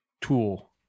tool